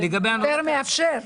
יותר מאפשר.